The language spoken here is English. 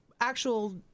actual